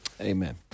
Amen